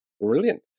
Brilliant